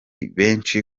benshi